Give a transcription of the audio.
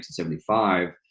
1975